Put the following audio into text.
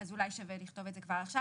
אז אולי שווה לכתוב את זה כבר עכשיו.